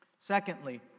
Secondly